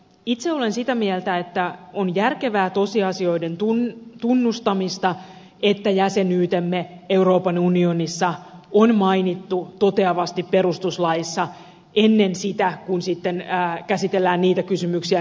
itse olen sitä mieltä että on järkevää tosiasioiden tunnustamista että jäsenyytemme euroopan unionissa on mainittu toteavasti perustuslaissa ennen kuin sitten käsitellään niitä kysymyksiä